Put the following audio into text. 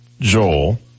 Joel